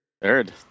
third